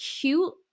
cute